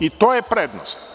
I to je prednost.